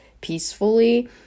peacefully